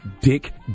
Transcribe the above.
Dick